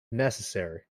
necessary